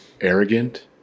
arrogant